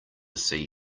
see